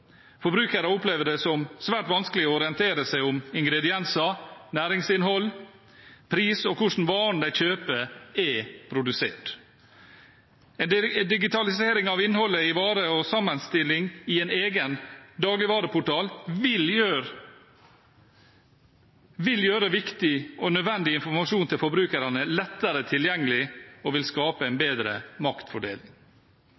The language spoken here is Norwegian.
Forbrukere opplever det som svært vanskelig å orientere seg om ingredienser, næringsinnhold, pris og hvordan varen de kjøper, er produsert. En digitalisering av innholdet i varer og sammenstilling i en egen dagligvareportal vil gjøre viktig og nødvendig informasjon til forbrukerne lettere tilgjengelig og vil skape en bedre maktfordeling.